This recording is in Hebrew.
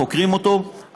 חוקרים אותו,